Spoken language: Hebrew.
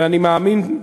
ואני מאמין,